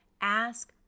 Ask